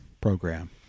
program